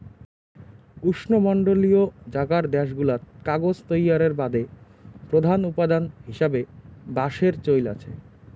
উষ্ণমণ্ডলীয় জাগার দ্যাশগুলাত কাগজ তৈয়ারের বাদে প্রধান উপাদান হিসাবে বাঁশের চইল আচে